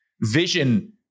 vision